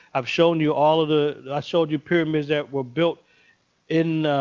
i've shown you all of the i showed you pyramids that were built in